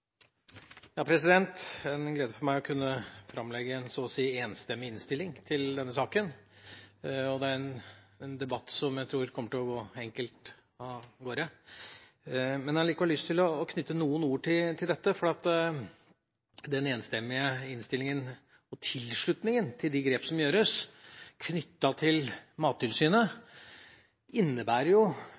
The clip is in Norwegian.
en glede for meg å kunne framlegge en så å si enstemmig innstilling til denne saka. Det er en debatt som jeg tror kommer til å gå greit for seg, men jeg har likevel lyst til å knytte noen ord til dette. Den enstemmige innstillinga og tilslutninga til de grep som gjøres knyttet til Mattilsynet, innebærer